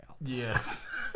Yes